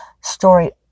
Story